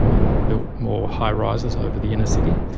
it built more high-rises over the inner city,